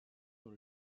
dans